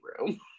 room